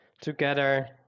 together